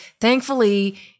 thankfully